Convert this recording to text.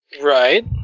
Right